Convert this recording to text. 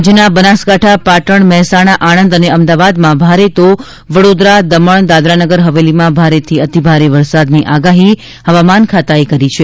રાજ્યના બનાસકાંઠા પાટણ મહેસાણા આણંદ અને અમદાવાદમાં ભારે તો વડોદરા દમણ દાદરાનગર હવેલીમાં ભારેથી અતિભારે વરસાદની આગાહી હવામાન ખાતાએ કરી છે